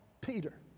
Peter